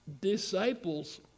disciples